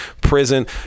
prison